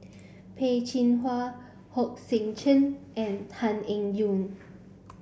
Peh Chin Hua Hong Sek Chern and Tan Eng Yoon